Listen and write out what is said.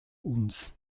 uns